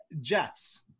Jets